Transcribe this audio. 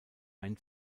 ein